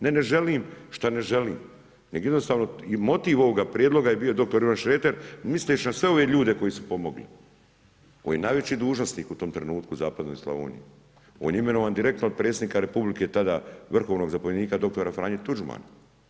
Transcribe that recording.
Ne, ne želim, šta ne želim, nego jednostavno motiv ovoga prijedloga je bio dr. Ivan Šreter, vi ste išli na sve ove ljude koji su pomogli, koji je najveći dužnosnik u tom trenutku u zapadnoj Slavoniji, on je imenovan direktno od predsjednika republike tada vrhovnog zapovjednika dr. Franje Tuđmana.